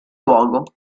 luogo